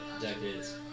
decades